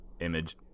image